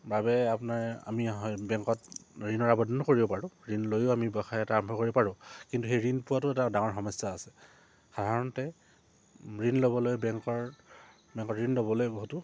বাবে আপোনাৰ আমি হয় বেংকত ঋণৰ আৱেদনো কৰিব পাৰোঁ ঋণ লৈও আমি ব্যৱসায় এটা আৰম্ভ কৰিব পাৰোঁ কিন্তু সেই ঋণ পোৱাতো এটা ডাঙৰ সমস্যা আছে সাধাৰণতে ঋণ ল'বলৈ বেংকৰ বেংকত ঋণ ল'বলৈ বহুতো